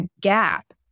gap